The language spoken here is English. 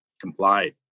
complied